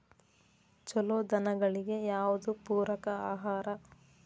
ಛಲೋ ದನಗಳಿಗೆ ಯಾವ್ದು ಪೂರಕ ಆಹಾರ?